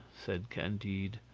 said candide,